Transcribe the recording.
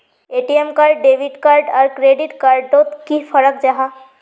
ATM card debit card आर credit card डोट की फरक जाहा?